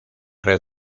red